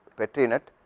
petri net,